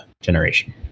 generation